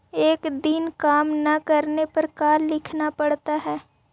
एक दिन काम न करने पर का लिखना पड़ता है?